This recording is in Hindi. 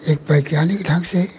एक वैज्ञानिक ढंग से